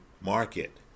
market